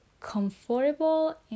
comfortable